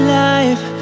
life